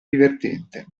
divertente